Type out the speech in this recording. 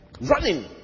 Running